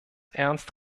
ernst